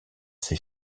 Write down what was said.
ses